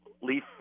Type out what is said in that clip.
leaf